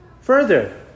Further